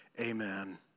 amen